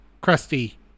crusty